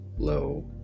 low